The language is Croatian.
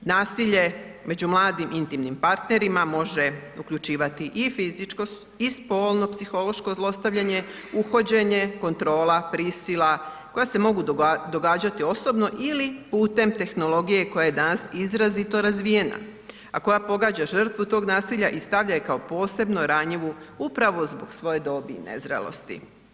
Nasilje među mladim intimnim partnerima može uključivati i fizičko i spolno psihološko zlostavljanje, uhođenje, kontrola, prisila koja se mogu događati osobno ili putem tehnologije koja je danas izrazito razvijena, a koja pogađa žrtvu tog nasilja i stavlja je kao posebno ranjivu upravo zbog svoje dobi i nezrelosti.